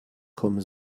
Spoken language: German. kommen